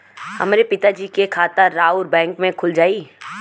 हमरे पिता जी के खाता राउर बैंक में खुल जाई?